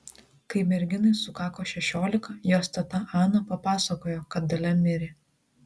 kai merginai sukako šešiolika jos teta ana papasakojo kad dalia mirė